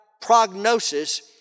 prognosis